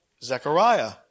Zechariah